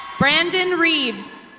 brandon reebs.